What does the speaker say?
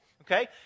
okay